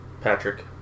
Patrick